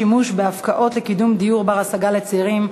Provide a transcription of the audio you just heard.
שימוש בהפקעות לקידום דיור בר-השגה לצעירים),